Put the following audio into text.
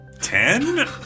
Ten